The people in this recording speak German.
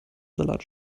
salat